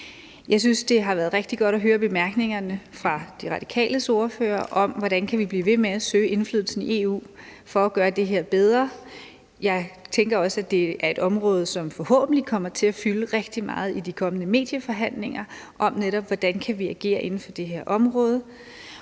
Jeg synes, det har været rigtig godt at høre bemærkningerne fra De Radikales ordfører om, hvordan vi kan blive ved med at søge indflydelse i EU i forhold til at gøre det her bedre. Jeg tænker også, at det er et område, som forhåbentlig kommer til at fylde rigtig meget i de kommende medieforhandlinger om, hvordan vi netop kan agere inden for det her område.